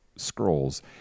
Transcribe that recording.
scrolls